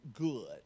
good